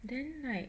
then like